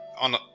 on